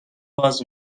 باز